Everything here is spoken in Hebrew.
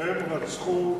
הם רצחו,